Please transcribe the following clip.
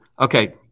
Okay